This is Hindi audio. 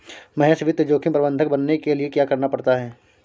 महेश वित्त जोखिम प्रबंधक बनने के लिए क्या करना पड़ता है?